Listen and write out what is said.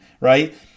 right